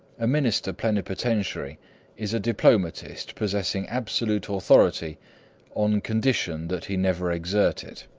a minister plenipotentiary is a diplomatist possessing absolute authority on condition that he never exert it.